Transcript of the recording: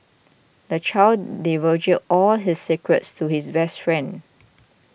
the child divulged all his secrets to his best friend